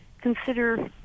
consider